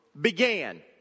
began